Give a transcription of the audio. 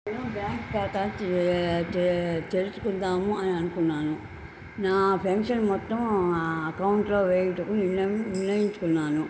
నేను బ్యాంక్ ఖాతా తెలుసుకుందామని అనుకున్నాను నా పెన్షన్ మొత్తం ఆ అకౌంట్లో వేయుటకు నిర్ణయం నిర్ణయించుకున్నాను